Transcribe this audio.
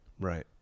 Right